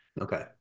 Okay